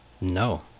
no